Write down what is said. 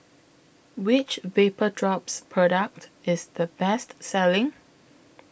Which Vapodrops Product IS The Best Selling